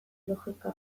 logika